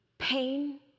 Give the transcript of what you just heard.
pain